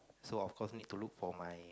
so of course need to look for my